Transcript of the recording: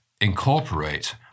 incorporate